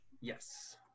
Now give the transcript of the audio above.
Yes